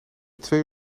twee